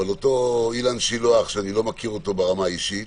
אותו אילן שילוח, שאיני מכיר אותו ברמה האישית,